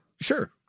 Sure